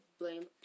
blame